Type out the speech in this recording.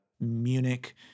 Munich